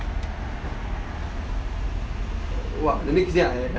!wah! the next day I have